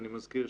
אני מזכיר,